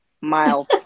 miles